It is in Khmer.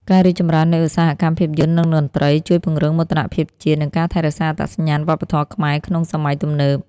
ការរីកចម្រើននៃឧស្សាហកម្មភាពយន្ត និងតន្ត្រី ជួយពង្រឹងមោទនភាពជាតិ និងការថែរក្សាអត្តសញ្ញាណវប្បធម៌ខ្មែរក្នុងសម័យទំនើប។